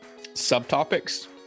subtopics